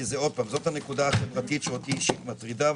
כי זאת הנקודה החברתית שאותי אישית מטרידה,